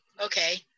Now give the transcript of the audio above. okay